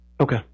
Okay